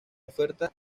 oferta